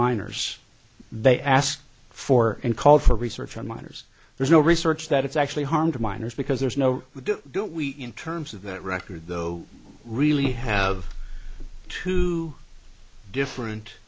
minors they asked for and called for research on minors there's no research that it's actually harm to minors because there's no we don't we in terms of that record though really have two different